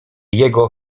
jego